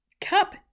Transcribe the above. cup